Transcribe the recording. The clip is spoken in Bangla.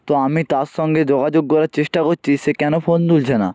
তো আমি তার সঙ্গে যোগাযোগ করার চেষ্টা করছি সে কেন ফোন তুলছে না